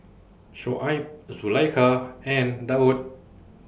Shoaib Zulaikha and Daud